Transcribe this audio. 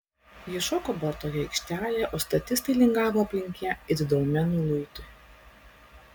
ji šoko baltoje aikštelėje o statistai lingavo aplink ją it dolmenų luitui